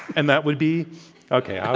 and that would be okay.